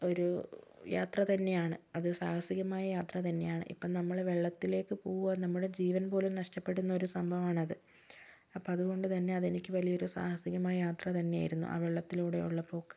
ഒരു യാത്ര തന്നെയാണ് അത് സാഹസികമായ യാത്ര തന്നെയാണ് ഇപ്പം നമ്മള് വെള്ളത്തിലേക്ക് പോകുക നമ്മളുടെ ജീവൻ പോലും നഷ്ടപ്പെടുന്ന ഒരു സംഭവമാണത് അപ്പം അതുകൊണ്ട് തന്നെ അതെനിക്ക് വലിയൊരു സാഹസികമായ യാത്ര തന്നെയായിരുന്നു ആ വെള്ളത്തിലൂടെയുള്ള പോക്ക്